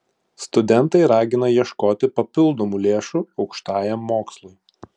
studentai ragina ieškoti papildomų lėšų aukštajam mokslui